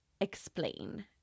explain